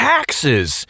Taxes